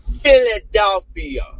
Philadelphia